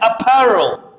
apparel